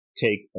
take